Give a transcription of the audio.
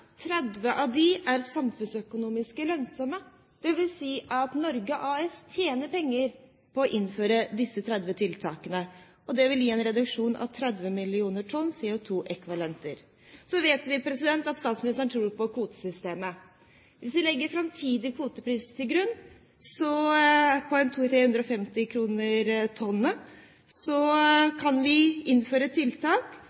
30 av disse tiltakene er samfunnsøkonomisk lønnsomme, dvs. at Norge AS tjener penger på å innføre dem. Og det vil gi en reduksjon på 30 mill. tonn CO2-ekvivalenter. Vi vet at statsministeren tror på kvotesystemet. Hvis vi legger en framtidig kvotepris på 350 kr per tonn til grunn,